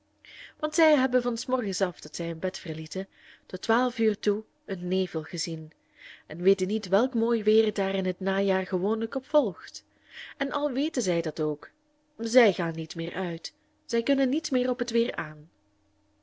want zij hebben van s morgens af dat zij hun bed verlieten tot twaalf uren toe een nevel gezien en weten niet welk mooi weer daar in het najaar gewoonlijk op volgt en al weten zij dat ook zij gaan niet meer uit zij kunnen niet meer op het weer aan